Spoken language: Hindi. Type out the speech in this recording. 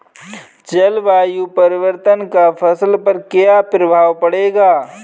जलवायु परिवर्तन का फसल पर क्या प्रभाव पड़ेगा?